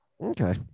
Okay